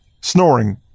snoring